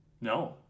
No